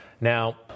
Now